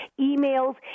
emails